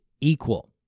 equal